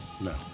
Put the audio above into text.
no